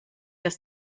dass